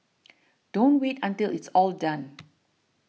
don't wait until it's all done